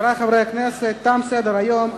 חברי חברי הכנסת, תם סדר-היום.